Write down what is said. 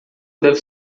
deve